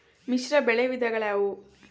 ಮಿಶ್ರಬೆಳೆ ವಿಧಗಳಾವುವು?